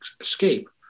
escape